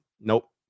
Nope